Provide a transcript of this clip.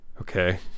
Okay